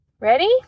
Ready